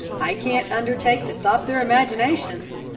i can't undertake to stop their imaginations.